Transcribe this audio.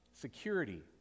security